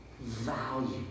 Value